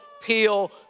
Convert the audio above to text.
peel